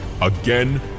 again